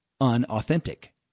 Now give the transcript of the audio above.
unauthentic